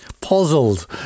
puzzled